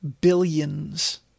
billions